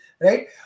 right